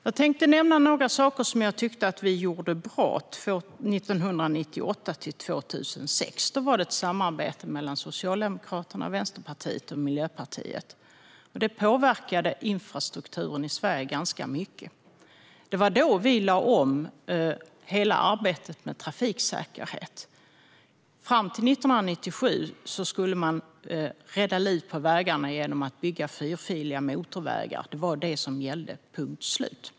Jag tänkte nämna några saker som jag tycker att vi gjorde bra 1998-2006. Då var det ett samarbete mellan Socialdemokraterna, Vänsterpartiet och Miljöpartiet, och det påverkade infrastrukturen i Sverige ganska mycket. Det var då vi lade om hela arbetet med trafiksäkerhet. Fram till 1997 skulle man rädda liv på vägarna genom att bygga fyrfiliga motorvägar. Det var det som gällde, punkt slut.